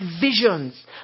visions